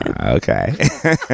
okay